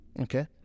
Okay